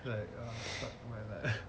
like ya fuck my life